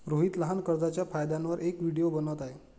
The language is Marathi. रोहित लहान कर्जच्या फायद्यांवर एक व्हिडिओ बनवत आहे